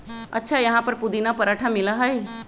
अच्छा यहाँ पर पुदीना पराठा मिला हई?